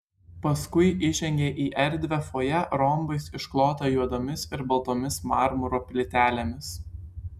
paskui įžengė į erdvią fojė rombais išklotą juodomis ir baltomis marmuro plytelėmis